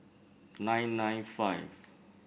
nine nine five